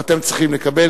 ואתם צריכים לקבל.